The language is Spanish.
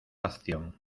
acción